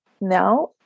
now